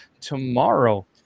tomorrow